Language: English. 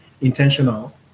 intentional